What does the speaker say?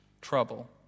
trouble